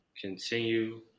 continue